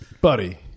Buddy